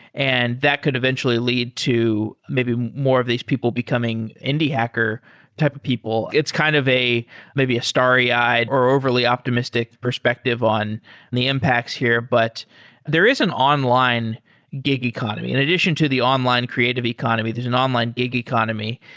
and that could eventually lead to maybe more of these people becoming indie hacker type people. it's kind of maybe a starry eyed or overly optimistic perspective on the impacts here but there is an online gig economy. in addition to the online creative economy, there's an online gig economy,